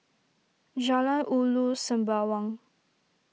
Jalan Ulu Sembawang